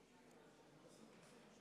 נעבור להצעות לסדר-היום.